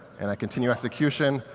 and i continue execution.